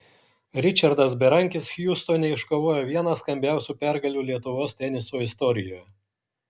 ričardas berankis hjustone iškovojo vieną skambiausių pergalių lietuvos teniso istorijoje